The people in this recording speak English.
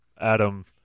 Adam